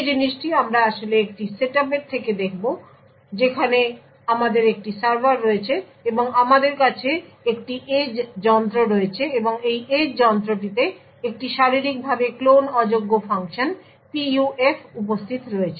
যে জিনিসটি আমরা আসলে একটি সেটআপের থেকে দেখব যেখানে আমাদের একটি সার্ভার রয়েছে এবং আমাদের কাছে একটি এজ যন্ত্র রয়েছে এবং এই এজ যন্ত্রটিতে একটি শারীরিকভাবে ক্লোন অযোগ্য ফাংশন PUF উপস্থিত রয়েছে